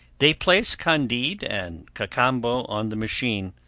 they placed candide and cacambo on the machine.